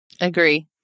Agree